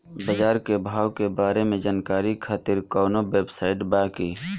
बाजार के भाव के बारे में जानकारी खातिर कवनो वेबसाइट बा की?